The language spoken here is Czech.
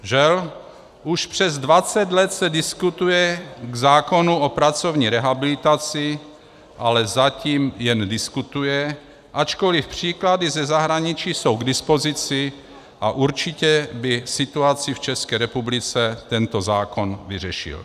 Žel, už přes 20 let se diskutuje k zákonu o pracovní rehabilitaci, ale zatím jen diskutuje, ačkoliv příklady ze zahraničí jsou k dispozici a určitě by situaci v České republice tento zákon vyřešil.